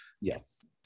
Yes